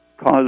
cause